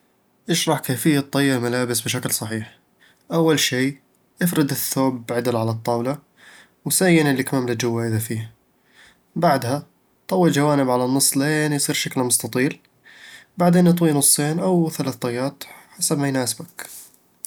اشرح كيفية طيّ الملابس بشكل صحيح اول شي افرد الثوب عدل على الطاولة، وزيّن الكمام لجوا إذا فيه بعدها طوي الجوانب على النصّ لين يصير شكله مستطيل بعدين، اطويه نصين أو ثلاث طيات حسب ما يناسبك